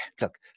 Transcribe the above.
look